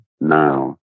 now